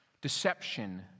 Deception